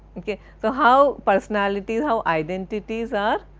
ok, so how personalities, how identities are